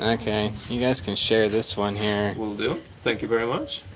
okay, you guys can share this one here will do. thank you very much,